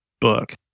book